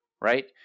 right